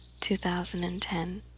2010